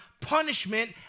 punishment